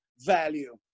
value